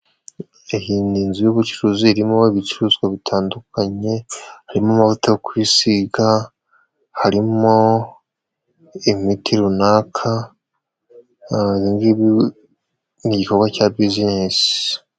Iyi inzu y'ubucuruzi, irimo ibicuruzwa bitandukanye, harimo amavuta yo kwiyisiga, harimo imiti runaka, ibi ngibi ni igikorwa cya bizinesi.